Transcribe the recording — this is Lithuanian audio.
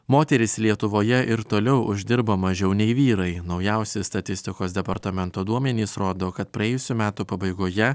moterys lietuvoje ir toliau uždirba mažiau nei vyrai naujausi statistikos departamento duomenys rodo kad praėjusių metų pabaigoje